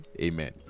Amen